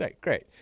great